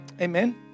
Amen